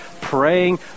praying